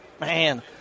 man